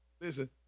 Listen